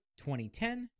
2010